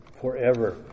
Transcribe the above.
Forever